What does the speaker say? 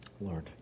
Lord